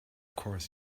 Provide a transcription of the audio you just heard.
course